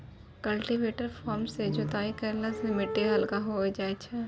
cultivator फार सँ जोताई करला सें मिट्टी हल्का होय जाय छै